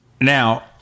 Now